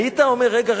היית אומר: רגע,